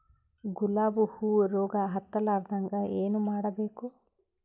ಗುಲಾಬ್ ಹೂವು ರೋಗ ಹತ್ತಲಾರದಂಗ ಏನು ಮಾಡಬೇಕು?